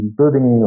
building